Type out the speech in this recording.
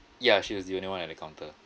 ya she was the only one at the counter